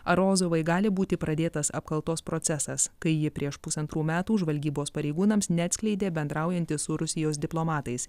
ar rozovai gali būti pradėtas apkaltos procesas kai ji prieš pusantrų metų žvalgybos pareigūnams neatskleidė bendraujanti su rusijos diplomatais